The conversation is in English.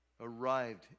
arrived